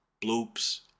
bloops